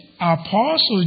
Apostle